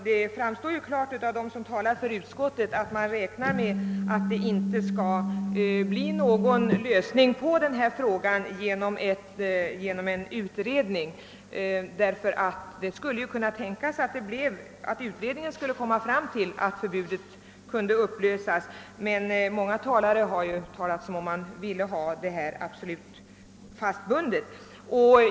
Herr talman! Det framgår klart av de anföranden som hållits till förmån för utskottets förslag att man räknar med att frågan inte kan lösas genom en utredning. Det skulle ju kunna tänkas att utredningen skulle komma till det resultatet att förbudet kunde upphävas, men många talare har ju yttrat sig för dess bibehållande.